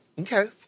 Okay